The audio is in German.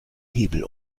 hebel